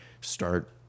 start